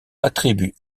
attribue